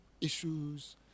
issues